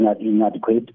inadequate